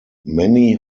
many